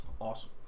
awesome